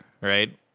right